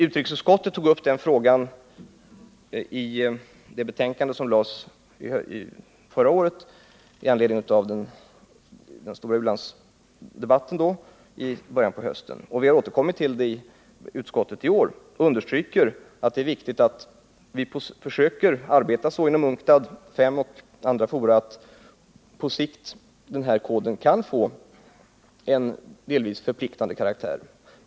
Utrikesutskottet tog upp den frågan i det betänkande som lades fram förra året och som behandlades i samband med den stora u-landsdebatten i början av hösten. Utskottet har återkommit till frågan i år och understryker att det är viktigt att vi försöker arbeta på så sätt inom UNCTAD och inom andra fora att koden på sikt kan få en delvis förpliktande karaktär.